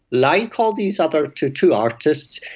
like all these other tattoo artists,